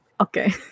okay